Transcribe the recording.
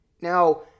Now